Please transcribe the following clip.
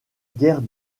guerre